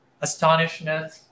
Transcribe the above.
astonishment